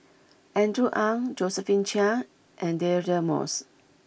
Andrew Ang Josephine Chia and Deirdre Moss